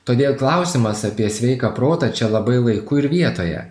todėl klausimas apie sveiką protą čia labai laiku ir vietoje